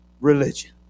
religion